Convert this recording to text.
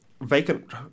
vacant